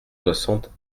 soixante